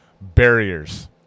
barriers